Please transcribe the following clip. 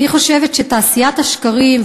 אני חושבת שתעשיית השקרים,